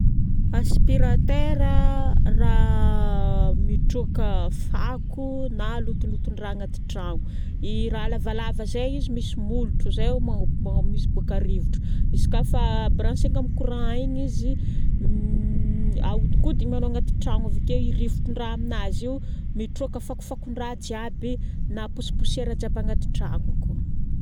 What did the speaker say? Aspiratera, raha mitroka fako na lotoloton-draha agnaty tragno. I raha lavalava zay izy misy molotro zay mo bo- misy boka rivotra. Izy ka fa brancher-nao amin'ny courant igny izy, ahodikodigny ao agnaty tragno avakeo io rivotran-draha aminazy io, mitroka fakofakon-draha jiaby na poussipoussière jiaby agnaty tragno ko.